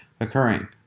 occurring